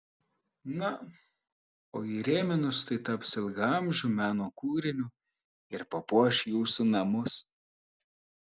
na o įrėminus tai taps ilgaamžiu meno kūriniu ir papuoš jūsų namus